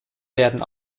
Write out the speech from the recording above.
werden